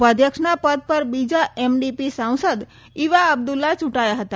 ઉપાધ્યક્ષના પદ પર બીજા એમડીપી સાંસદ ઈવા અબદુલ્લા ચુંટાયા હતા